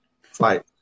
fight